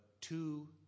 two